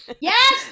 yes